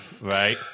Right